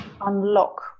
unlock